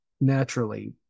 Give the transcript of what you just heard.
naturally